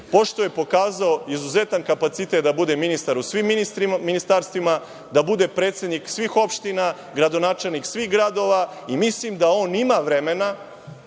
pošto je pokazao izuzetan kapacitet da bude ministar u svim ministarstvima, da bude predsednik svih opština, gradonačelnik svih gradova. Mislim da on ima vremena